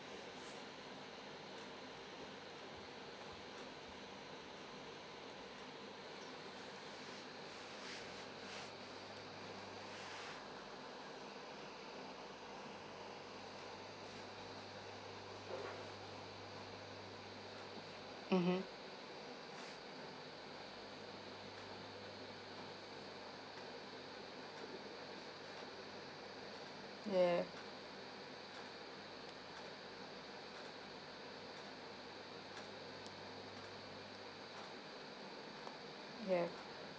mmhmm ya ya